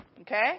okay